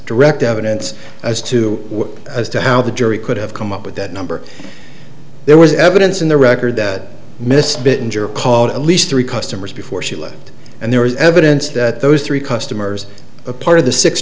direct evidence as to what as to how the jury could have come up with that number there was evidence in the record that miss bit in juror called at least three customers before she looked and there was evidence that those three customers a part of the six